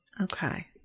Okay